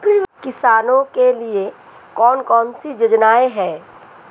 किसानों के लिए कौन कौन सी योजनाएं हैं?